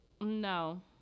no